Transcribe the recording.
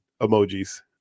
emojis